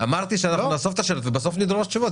אמרתי שאנחנו נאסוף את השאלות ובסוף נדרוש תשובות.